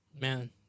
man